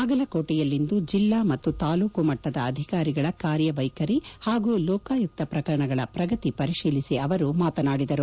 ಬಾಗಲಕೋಟೆಯಲ್ಲಿಂದು ಜಿಲ್ಲಾ ಮತ್ತು ತಾಲ್ಲೂಕು ಮಟ್ಟದ ಅಧಿಕಾರಿಗಳ ಕಾರ್ಯವೈಖರಿ ಹಾಗೂ ಲೋಕಾಯುಕ್ತ ಪ್ರಕರಣಗಳ ಪ್ರಗತಿ ಪರಿಶೀಲಿಸಿ ಅವರು ಮಾತನಾಡಿದರು